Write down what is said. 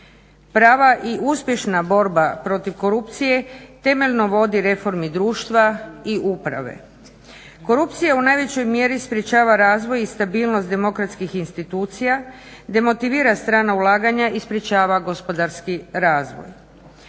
Prava i uspješna borba protiv korupcije temeljno vodi reformi društva i uprave. Korupcija u najvećoj mjeri sprječava razvoj i stabilnost demokratskih institucija, demotivira strana ulaganja i sprečava gospodarski razvoj.